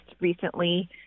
recently